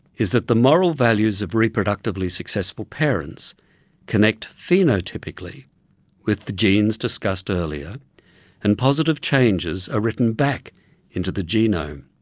is that the moral values of reproductively successful parents connect phenotypically with the genes discussed earlier and positive changes are written back into the genome.